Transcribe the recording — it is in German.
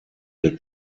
der